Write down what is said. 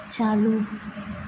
چالو